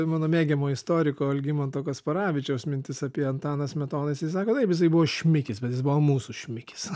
mano mėgiamo istoriko algimanto kasparavičiaus mintis apie antaną smetoną jisai sako taip jisai buvo šmikis bet jis buvo mūsų šmikis